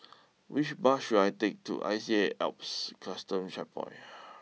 which bus should I take to I C A Alps Custom Checkpoint